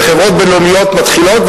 וחברות בין-לאומיות מתחילות,